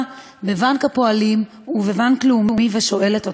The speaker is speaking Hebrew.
בבנק הפועלים ובבנק לאומי ושואלת אותם: